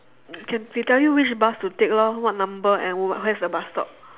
can they tell which bus to take lor what number and where is the bus stop